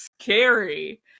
scary